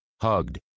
hugged